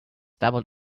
doubled